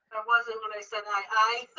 wasn't when i said, aye.